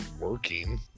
working